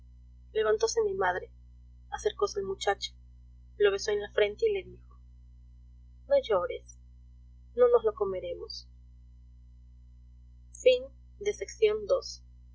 levantóse mi madre acercóse al muchacho lo besó en la frente y le dijo no llores no nos lo comeremos